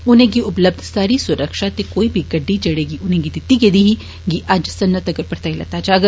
उनें गी उपलब्ध सारी सुरक्षा ते कोईबी गड्डी जेह्ड़ी उनेंगी दित्ती गेदी ही गी अज्ज संजां तक्कर परताई लैता जाग